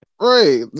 Right